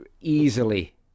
easily